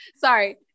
sorry